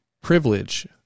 privilege